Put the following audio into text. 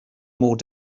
more